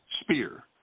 spear